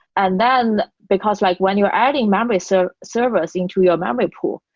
and then because like when you're adding memory so servers into your memory pool,